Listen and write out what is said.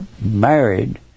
married